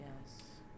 Yes